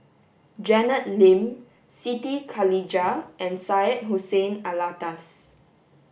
Janet Lim Siti Khalijah and Syed Hussein Alatas